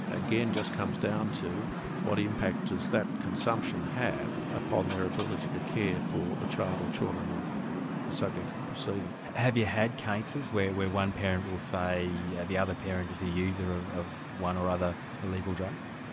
again it just comes down to what impact does that consumption have upon their ability to care for the child or children of the subject of the proceeding. have you had cases where where one parent will say yeah the other parents is a user of of one or other illegal drugs?